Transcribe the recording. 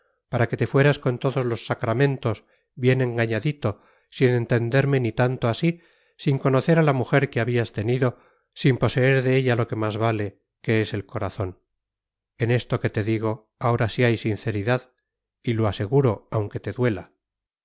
para que te fueras con todos los sacramentos bien engañadito sin entenderme ni tanto así sin conocer a la mujer que habías tenido sin poseer de ella lo que más vale que es el corazón en esto que te digo ahora sí hay sinceridad y lo aseguro aunque te duela